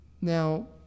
now